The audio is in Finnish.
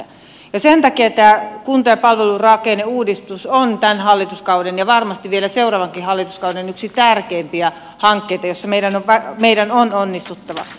sen takia tämä kunta ja palvelurakenneuudistus on tämän hallituskauden ja varmasti vielä seuraavankin hallituskauden yksi tärkeimpiä hankkeita jossa meidän on onnistuttava